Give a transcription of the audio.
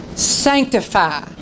Sanctify